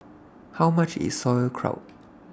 How much IS Sauerkraut